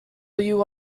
you